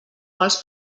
quals